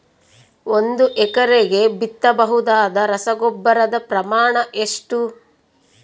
ಒಂದು ಎಕರೆಗೆ ಬಿತ್ತಬಹುದಾದ ರಸಗೊಬ್ಬರದ ಪ್ರಮಾಣ ಎಷ್ಟು?